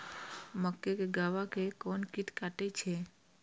मक्के के गाभा के कोन कीट कटे छे?